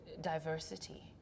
diversity